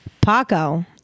Paco